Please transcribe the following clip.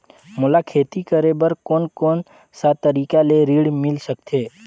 मोला खेती करे बर कोन कोन सा तरीका ले ऋण मिल सकथे?